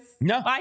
No